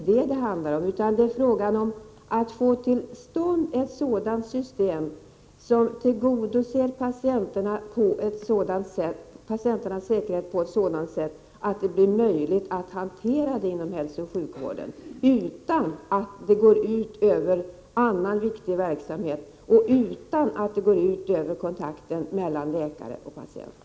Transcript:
Det gäller ju att få till stånd ett system som tryggar patienternas säkerhet på ett sådant sätt att det blir möjligt att hantera frågan inom hälsooch sjukvården utan att detta skall behöva gå ut över annan viktig verksamhet eller över kontakterna mellan läkare och patienter.